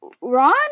Ron